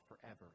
forever